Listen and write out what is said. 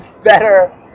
better